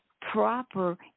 proper